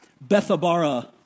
Bethabara